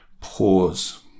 pause